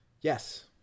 Yes